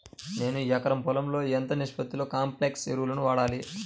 నేను ఎకరం పొలంలో ఎంత నిష్పత్తిలో కాంప్లెక్స్ ఎరువులను వాడాలి?